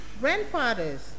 grandfathers